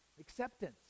acceptance